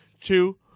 two